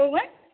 କେଉଁ ଗାଁ